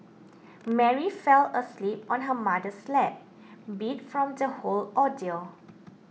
Mary fell asleep on her mother's lap beat from the whole ordeal